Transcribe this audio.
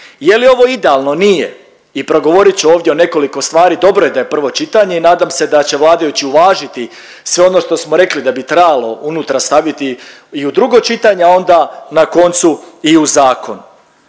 Je li ovo idealno? Nije. I progovorit ću ovdje o nekoliko stvari. Dobro je da je prvo čitanje i nadam se da će vladajući uvažiti sve ono što smo rekli da bi trebalo unutra staviti i u drugo čitanje, a onda na koncu i u zakon.